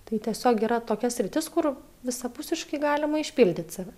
tai tiesiog yra tokia sritis kur visapusiškai galima išpildyt save